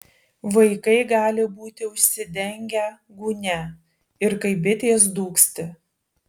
vaikai gali būti užsidengę gūnia ir kaip bitės dūgzti